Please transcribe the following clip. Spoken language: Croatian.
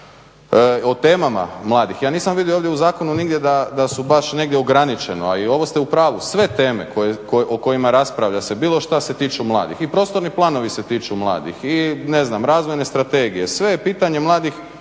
O temama mladih, ja nisam vidio ovdje u zakonu nigdje da su baš negdje ograničeno, a ovo ste u pravu sve teme o kojima se raspravlja bilo što se tiče mladih i prostorni planovi se tiču mladih i razvojne strategije, sve je pitanje mladih